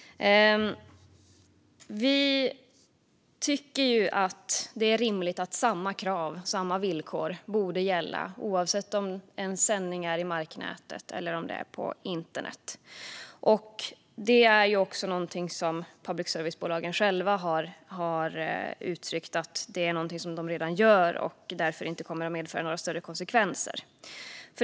Vi tycker att det är rimligt att samma krav, samma villkor, borde gälla oavsett om en sändning är i marknätet eller är på internet. Det är också något som public service-bolagen själva har uttryckt att de redan gör och att lagändringen därför inte kommer att medföra några större konsekvenser.